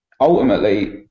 ultimately